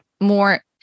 more